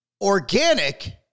organic